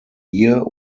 ihr